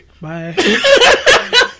Bye